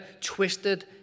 twisted